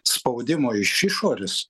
spaudimo iš išorės